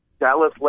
Dallas